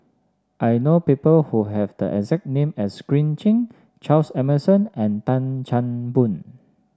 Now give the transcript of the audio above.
I know people who have the exact name as Green Zeng Charles Emmerson and Tan Chan Boon